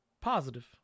Positive